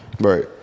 Right